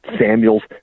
Samuel's